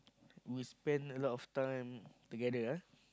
we spend a lot of time together ah